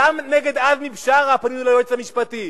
גם נגד עזמי בשארה פנינו ליועץ המשפטי,